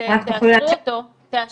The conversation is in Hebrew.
תאשרו אותו, בבקשה.